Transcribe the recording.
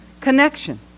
connection